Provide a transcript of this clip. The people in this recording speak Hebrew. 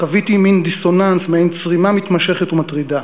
חוויתי מין דיסוננס, מעין צרימה מתמשכת ומטרידה.